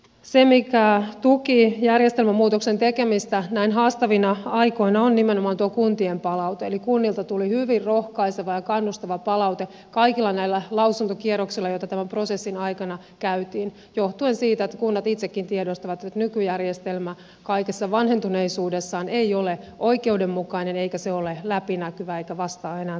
se mikä tuki järjestelmämuutoksen tekemistä näin haastavina aikoina on nimenomaan tuo kuntien palaute eli kunnilta tuli hyvin rohkaiseva ja kannustava palaute kaikilla näillä lausuntokierroksilla joita tämän prosessin aikana käytiin johtuen siitä että kunnat itsekin tiedostavat että nykyjärjestelmä kaikessa vanhentuneisuudessaan ei ole oikeudenmukainen eikä se ole läpinäkyvä eikä vastaa enää tarkoitustaan